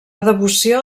devoció